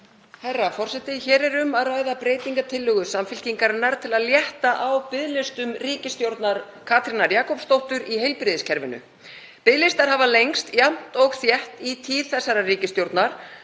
Herra forseti. Hér er um að ræða breytingartillögu Samfylkingarinnar til að létta á biðlistum ríkisstjórnar Katrínar Jakobsdóttur í heilbrigðiskerfinu. Biðlistar hafa lengst jafnt og þétt í tíð þessarar ríkisstjórnar,